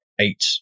eight